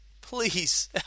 please